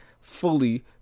fully